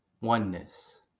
oneness